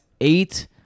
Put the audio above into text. eight